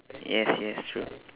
yes yes true